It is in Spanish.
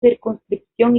circunscripción